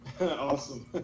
Awesome